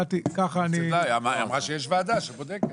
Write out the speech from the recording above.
היא אמרה שיש ועדה שבודקת.